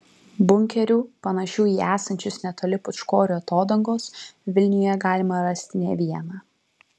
bunkerių panašių į esančius netoli pūčkorių atodangos vilniuje galima rasti ne vieną